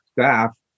staff